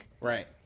Right